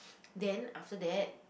then after that